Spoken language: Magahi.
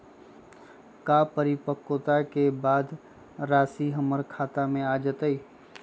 का परिपक्वता के बाद राशि हमर खाता में आ जतई?